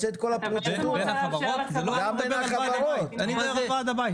למעט סעיפים 79-80 ו-81 (בעניין מתקן שידור